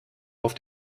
auf